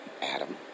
Adam